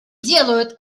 делают